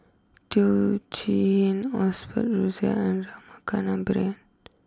Teo Chee Osbert Rozario and Rama Kannabiran